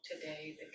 today